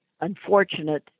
unfortunate